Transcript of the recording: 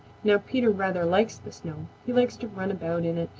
now peter rather likes the snow. he likes to run about in it,